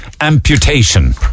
amputation